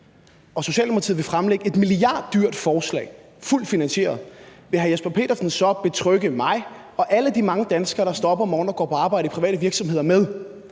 Socialdemokratiet vil fremlægge et milliarddyrt forslag, fuldt finansieret. Vil hr. Jesper Petersen så betrygge mig og alle de mange danskere, der står op om morgenen og går på arbejde i private virksomheder, med,